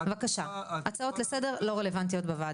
בבקשה, הצעות לסדר לא רלוונטיות בוועדה.